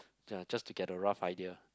ya just to get the rough idea